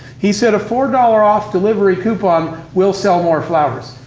he said, a four dollars off delivery coupon will sell more flowers.